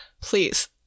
please